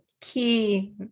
key